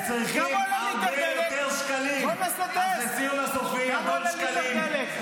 אתם מגיעים לאזורים --- אדון שקלים,